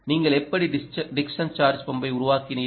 நீங்கள் எப்படி Dickson charge பம்பை உருவாக்கினீர்கள்